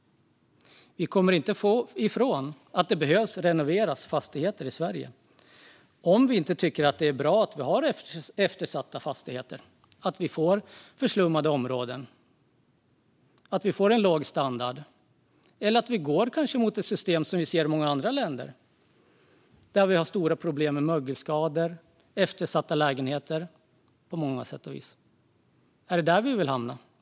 Vi kommer inte ifrån att fastigheter i Sverige behöver renoveras. Vi tycker inte att det är bra med fastigheter med eftersatt underhåll, att det blir förslummade områden med låg standard, eller att vi går mot ett system som finns i många andra länder med mögelskador och lägenheter med eftersatt underhåll.